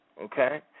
Okay